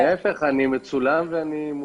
אני מצולם ואני מולכם.